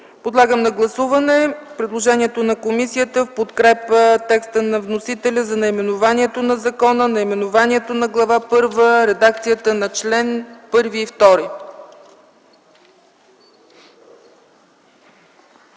Подлагам на гласуване предложението на комисията в подкрепа текста на вносителя за наименованието на закона, наименованието на Глава първа и редакцията на чл. 1 и чл.